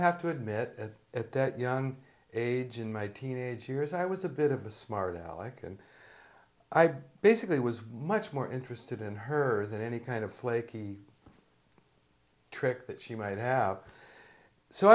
have to admit that at that young age in my teenage years i was a bit of a smart alec and i basically was much more interested in her than any kind of flaky trick that she might have so